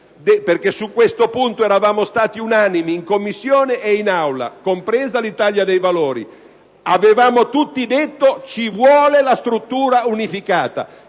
su questo punto eravamo stati unanimi in Commissione e in Aula, compreso il Gruppo dell'Italia dei Valori: avevamo tutti detto che ci voleva la struttura unificata.